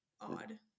odd